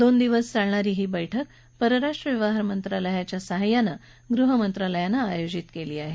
दोन दिवस चालणारी ही बस्कि परराष्ट्रव्यवहार मंत्रालयाच्या सहाय्यानं गृहमंत्रालयानं आयोजित केली आहे